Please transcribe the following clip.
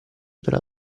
della